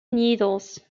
needles